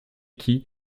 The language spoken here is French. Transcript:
qui